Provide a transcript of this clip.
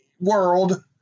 world